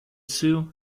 sue